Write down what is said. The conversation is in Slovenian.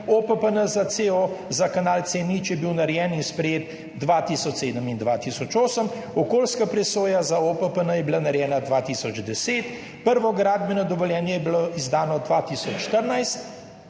OPPN za kanal C0 je bil narejen in sprejet 2007 in 2008. Okoljska presoja za OPPN je bila narejena 2010. Prvo gradbeno dovoljenje je bilo izdano 2014.